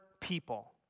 people